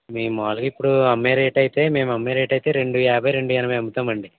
మేం మాములుగా ఇప్పుడు అమ్మే రేట్ అయితే మేమమ్మే రేట్ అయితే రెండు యాభై రెండు ఎనభై అమ్ముతామండి